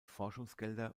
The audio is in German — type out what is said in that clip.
forschungsgelder